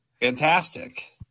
Fantastic